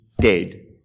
dead